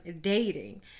dating